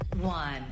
one